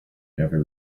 never